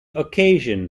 occasion